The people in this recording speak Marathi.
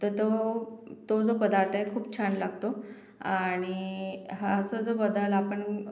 तर तो तो जो पदार्थ आहे खूप छान लागतो आणि हा असा जो बदल आपण